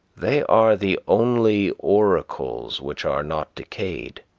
they are the only oracles which are not decayed,